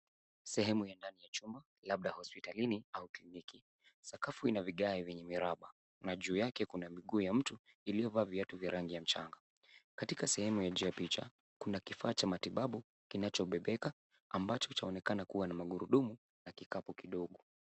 Sehemu ya ndani ya chumba, labda hospitalini au kliniki . Sakafu Ina vigae vienye miraba, na juu yake kuna miguu ya mtu iliyovaa viatu vya rangi ya mchanga .Katika sehemu ya juu ya picha ,kuna kifaa cha matibabu ,kinachobebeka, ambacho chaonekana kuwa na magurudumu na kikapu kidogo.